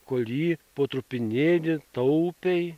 kol jį po trupinėlį taupiai